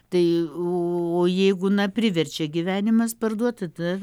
tai o jeigu na priverčia gyvenimas parduot tada